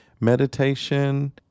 Meditation